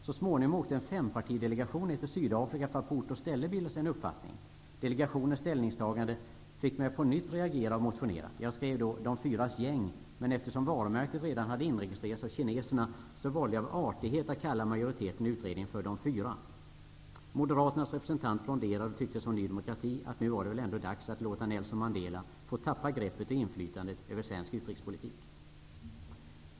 Så småningom åkte en fempartidelegation ned till Sydafrika för att på ort och ställe bilda sig en uppfattning. Delegationens ställningstagande fick mig att på nytt reagera och motionera. Jag skrev då ''De fyras gäng'', men eftersom varumärket redan hade inregistrerats av kineserna, valde jag av artighet att kalla majoriteten i utredningen för ''De fyra''. Moderaternas representant fronderade och tyckte i likhet med Ny demokrati att det nu väl ändå var dags att låta Nelson Mandela få tappa greppet och inflytandet över svensk utrikespolitik.